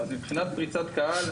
מבחינת פריצת קהל,